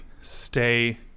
stay